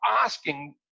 asking